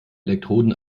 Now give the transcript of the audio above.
elektroden